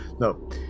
No